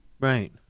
Right